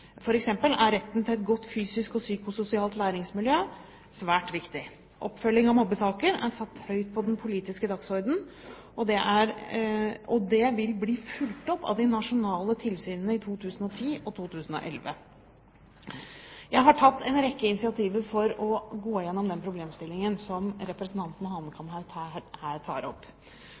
er retten til et godt fysisk og psykososialt læringsmiljø svært viktig. Oppfølging av mobbesaker er satt høyt på den politiske dagsordenen, og det vil bli fulgt opp av de nasjonale tilsynene i 2010 og 2011. Jeg har tatt en rekke initiativer til å gå gjennom den problemstillingen som representanten Hanekamhaug her